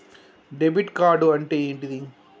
Debit card అంటే ఏంటిది?